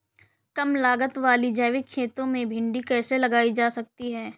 कम लागत वाली जैविक खेती में भिंडी कैसे लगाई जा सकती है?